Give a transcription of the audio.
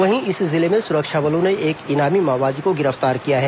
वहीं इसी जिले में सुरक्षा बलों ने एक इनामी माओवादी को गिरफ्तार किया है